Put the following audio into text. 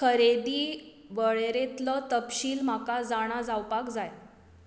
खरेदी वळेरेतलो तपशील म्हाका जाणा जावपाक जाय